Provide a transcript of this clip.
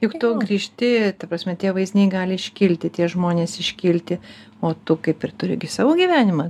juk tu grįžti ta prasme tie vaizdiniai gali iškilti tie žmonės iškilti o tu kaip ir turi gi savo gyvenimą